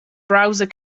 browser